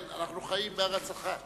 כן, אנחנו חיים בארץ אחת.